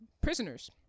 prisoners